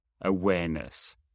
awareness